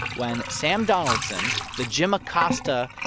when sam donaldson the jim acosta